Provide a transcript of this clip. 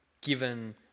Given